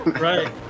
Right